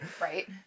right